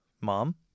Mom